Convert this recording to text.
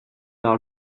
mare